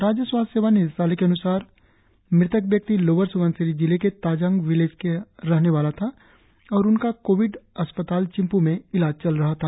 राज्य स्वास्थ्य सेवा निदेशालय के अन्सार मृतक व्यक्ति लोअर स्बनसिरी जिले के ताजांग विलेज के रहने वाला था और उनका कोविड अस्पताल चिंपू में ईलाज चल रहा था